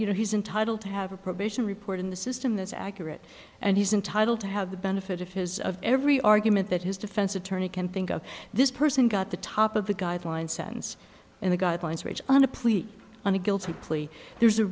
you know he's entitled to have a probation report in the system that's accurate and he's entitled to have the benefit of his of every argument that his defense attorney can think of this person got the top of the guideline sentence in the guidelines which on a plea on a guilty plea there's a